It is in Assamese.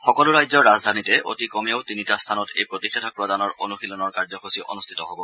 সকলো ৰাজ্যৰ ৰাজধানীতে অতি কমেও তিনিটা স্থানত এই প্ৰতিষেধক প্ৰদানৰ অনুশীলনৰ কাৰ্যসূচী অনুষ্ঠিত হ'ব